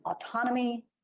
autonomy